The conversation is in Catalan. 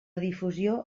difusió